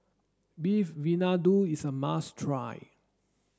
Beef Vindaloo is a must try